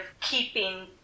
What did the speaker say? keeping